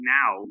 now